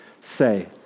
say